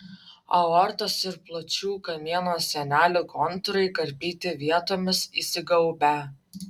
aortos ir plaučių kamieno sienelių kontūrai karpyti vietomis įsigaubę